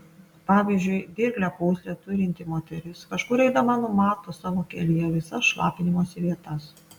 pavyzdžiui dirglią pūslę turinti moteris kažkur eidama numato savo kelyje visas šlapinimosi vietas